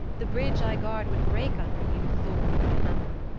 the bridge i guard would break under you, thor with the hammer.